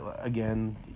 Again